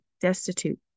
destitute